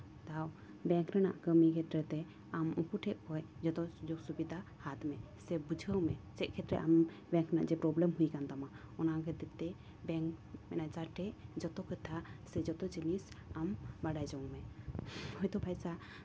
ᱢᱤᱫ ᱫᱷᱟᱣ ᱵᱮᱝᱠ ᱨᱮᱱᱟᱜ ᱠᱟᱹᱢᱤ ᱠᱷᱮᱛᱨᱮ ᱛᱮ ᱟᱢ ᱩᱱᱠᱩ ᱴᱷᱮᱡ ᱠᱚ ᱠᱷᱚᱡ ᱡᱷᱚᱛᱚ ᱥᱩᱡᱳᱜᱽ ᱥᱩᱵᱚᱫᱷᱟ ᱦᱟᱛ ᱢᱮ ᱥᱮ ᱵᱩᱡᱷᱟᱹᱣ ᱢᱮ ᱪᱮᱫ ᱠᱷᱮᱛᱨᱮ ᱟᱢ ᱡᱮ ᱯᱨᱚᱵᱮᱞᱮᱢ ᱦᱩᱭ ᱠᱟᱱ ᱛᱟᱢᱟ ᱚᱱᱟ ᱠᱷᱟᱹᱛᱤᱨ ᱛᱮ ᱵᱮᱝᱠ ᱢᱮᱱᱮᱡᱟᱨ ᱴᱷᱮᱡ ᱡᱷᱚᱛᱚ ᱠᱟᱛᱷᱟ ᱥᱮ ᱡᱷᱚᱛᱚ ᱡᱤᱱᱤᱥ ᱵᱟᱰᱟᱭ ᱡᱚᱝ ᱢᱮ ᱦᱳᱭ ᱛᱚ ᱯᱚᱭᱥᱟ